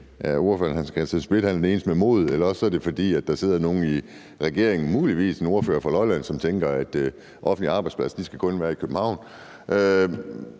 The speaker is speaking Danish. fordi hr. Hans Christian Schmidt er den eneste med modet, eller også er det, fordi der sidder nogen i regeringen, muligvis en ordfører fra Lolland, som tænker, at offentlige arbejdspladser kun skal være i København.